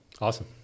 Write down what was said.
Awesome